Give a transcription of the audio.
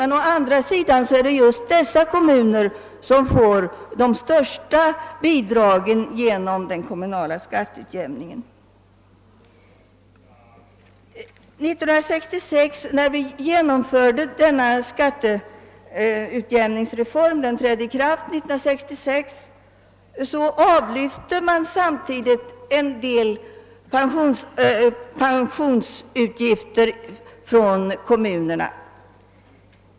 Men å andra sidan är det just dessa kommuner som får de största bidragen genom den kommunala skatteutjämningen. När vi genomförde skatteutjämningsreformen — den trädde i kraft 1966 — avlyfte man samtidigt en del pensionsutgifter från kommunerna.